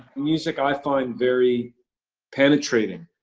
music i find very penetrating.